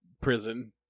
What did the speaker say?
prison